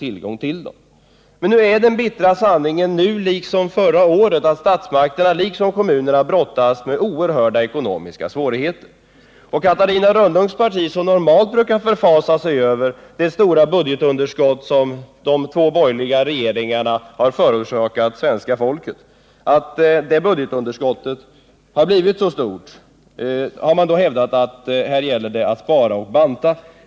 Men nu, liksom förra året, är den bittra sanningen att statsmakterna, liksom kommunerna, brottas med oerhörda ekonomiska svårigheter. Catarina Rönnungs parti brukar förfasa sig över det stora budgetunderskott som de två borgerliga regeringarna har förorsakat det svenska folket och hävdat att det gäller att spara och banta.